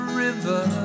river